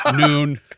noon